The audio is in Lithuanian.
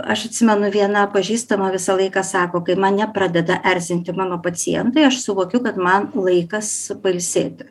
aš atsimenu viena pažįstama visą laiką sako kai mane pradeda erzinti mano pacientai aš suvokiu kad man laikas pailsėti